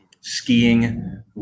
skiing